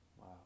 Wow